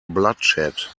bloodshed